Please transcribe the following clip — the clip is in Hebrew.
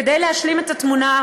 כדי להשלים את התמונה,